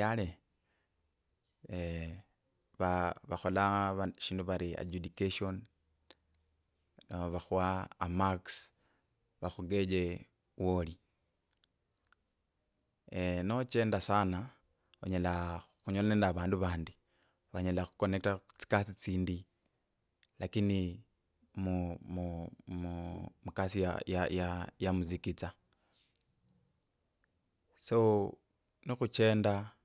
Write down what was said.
yale, eeeh va- va vakhola shindu vari adjudication aaa vakhuwa amarks vakhugeje woli eeeh nochenda sana onyela khunyolana nende avandu vandi vanyela khukhuconnector khutsikasi tsindi lakini mu- mu- mukadi ya- ya ya muziki tsa so nikhuchenda.